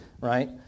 right